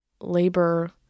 labor